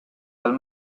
dal